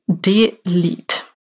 delete